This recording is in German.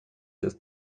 ist